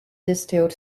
distilled